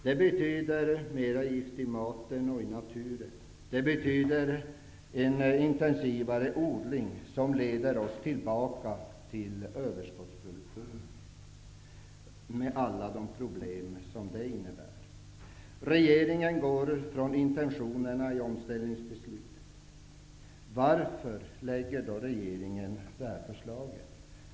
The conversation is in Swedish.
Det betyder mer gift i maten och i naturen, och det betyder en intensivare odling, som leder oss tillbaka till överskottsproduktionen, med alla de problem som det innebär. Regeringen går ifrån intentionerna i omställningsbeslutet. Varför lägger regeringen fram det här förslaget?